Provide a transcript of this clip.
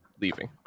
leaving